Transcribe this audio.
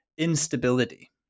instability